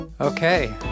Okay